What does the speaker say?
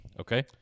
okay